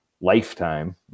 lifetime